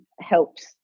helps